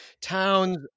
towns